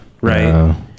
right